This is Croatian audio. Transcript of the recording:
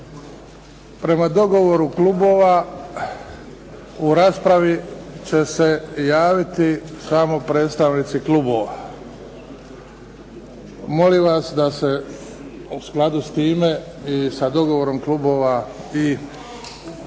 prema dogovoru klubova u raspravi će se javiti samo predstavnici klubova. Molim vas da se u skladu s time i sa dogovorom klubova ponašamo.